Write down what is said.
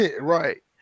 Right